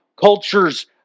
cultures